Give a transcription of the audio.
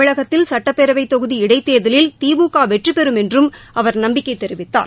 தமிழகத்தில் சுட்டப்பேரவைதொகுதி இடைத்தேர்தலில் திமுக வெற்றி பெறும் என்று அவர் நம்பிக்கை தெரிவித்தார்